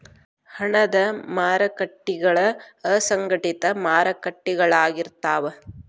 ಹಣದ ಮಾರಕಟ್ಟಿಗಳ ಅಸಂಘಟಿತ ಮಾರಕಟ್ಟಿಗಳಾಗಿರ್ತಾವ